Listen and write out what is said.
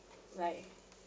like